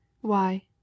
Why